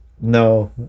No